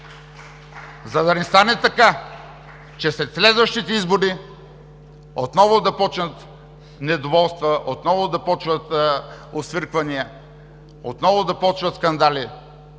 За да не стане така, че след следващите избори отново да започват недоволства, отново да започват освирквания, отново да започват скандали